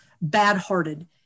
bad-hearted